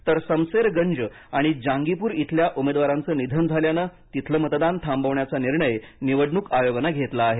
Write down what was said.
तर समसेरगंज आणि जांगीपूर इथल्या उमेदवाराचं निधन झाल्यानं तिथलं मतदान थांबवण्याचा निर्णय निवडणूक आयोगानं घेतला आहे